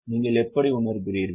நீங்கள் எப்படி உணர்கிறீர்கள்